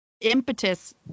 impetus